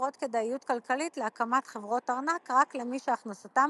יוצרות כדאיות כלכלית להקמת חברות ארנק רק למי שהכנסתם